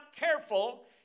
careful